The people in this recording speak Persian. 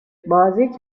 بازی